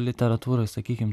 literatūroj sakykim